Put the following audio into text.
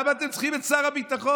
למה אתם צריכים את שר הביטחון?